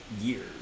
years